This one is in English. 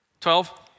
Twelve